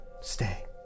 stay